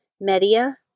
Media